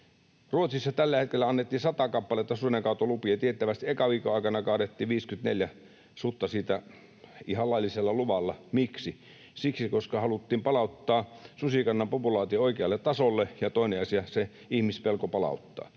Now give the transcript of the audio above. Ruotsissa tällä hetkellä annettiin 100 kappaletta sudenkaatolupia. Tiettävästi ekan viikon aikana kaadettiin 54 sutta ihan laillisella luvalla. Miksi? Siksi, koska haluttiin palauttaa susikannan populaatio oikealle tasolle ja toiseksi haluttiin palauttaa